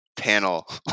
panel